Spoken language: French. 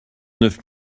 neuf